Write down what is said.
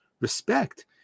respect